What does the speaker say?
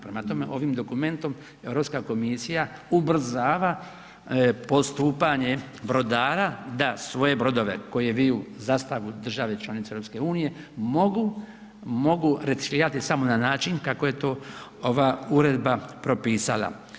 Prema tome ovim dokumentom Europska komisija ubrzava postupanje brodara da svoje brodove koje viju zastavu države članice EU mogu reciklirati samo na način kako je to ova uredba propisala.